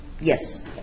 yes